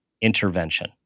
intervention